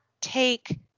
take